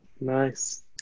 nice